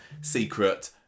secret